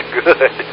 good